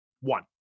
One